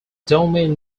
domain